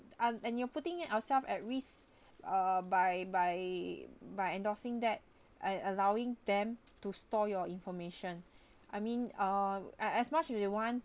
um and you're putting ourselves at risk uh by by by endorsing that and allowing them to store your information I mean uh a~ as much as they want